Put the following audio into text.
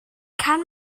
kann